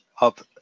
up